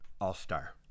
all-star